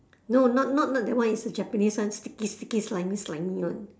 no not not not that one it's the japanese [one] sticky sticky slimy slimy [one]